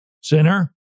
sinner